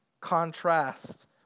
contrast